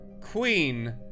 Queen